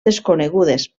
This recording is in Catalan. desconegudes